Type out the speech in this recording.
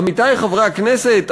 עמיתי חברי הכנסת,